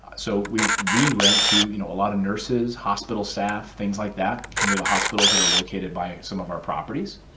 so we we rent to you know a lot of nurses, hospital staff, things like that, near the hospitals that are located by some of our properties.